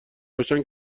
باشن